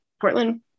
Portland